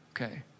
Okay